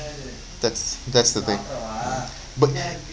that's that's the thing but